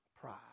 pride